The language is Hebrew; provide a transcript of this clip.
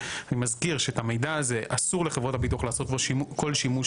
אני מזכיר שבמידע הזה אסור לחברות הביטוח לעשות כל שימוש